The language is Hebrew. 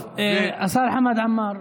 השר חמד עמאר,